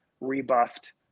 rebuffed